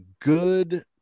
good